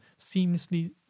seamlessly